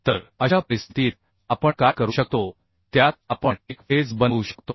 तर अशा परिस्थितीत आपण काय करू शकतो त्यात आपण एक फेज बनवू शकतो